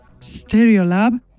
Stereolab